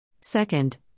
Second